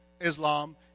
Islam